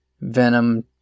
Venom